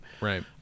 Right